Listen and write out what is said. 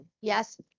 Yes